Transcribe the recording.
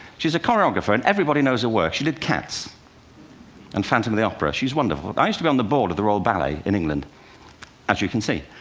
she's a choreographer, and everybody knows her work. she did cats and phantom of the opera. she's wonderful. i used to be on the board of the royal ballet, and as you can see.